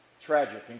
tragic